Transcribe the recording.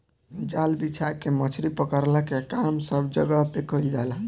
जाल बिछा के मछरी पकड़ला के काम सब जगह पे कईल जाला